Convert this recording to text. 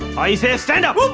i say stand up!